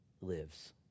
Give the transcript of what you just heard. lives